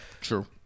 True